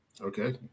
Okay